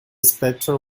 spectre